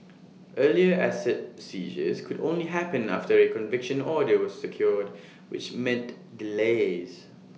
earlier asset seizures could only happen after A conviction order was secured which meant delays